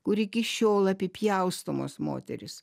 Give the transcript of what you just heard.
kur iki šiol apipjaustomos moterys